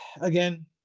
again